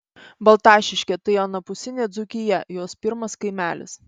baltašiškė tai anapusinė dzūkija jos pirmas kaimelis